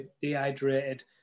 dehydrated